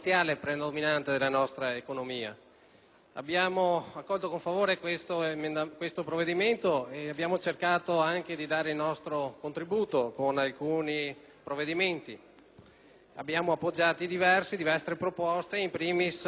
Abbiamo accolto con favore questo provvedimento ed abbiamo cercato anche di dare il nostro contributo con alcuni emendamenti. Abbiamo appoggiato diverse proposte*, in primis* quella relativa al